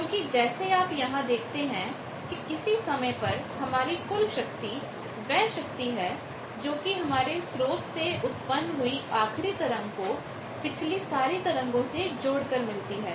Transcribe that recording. क्योंकि जैसे आप यहां देख सकते हैं कि किसी भी समय पर हमारी कुल शक्ति वह शक्ति है जोकि हमारे स्रोत से उत्पन्न हुई आखरी तरंग को पिछली सारी तरंगों से जोड़कर मिलती है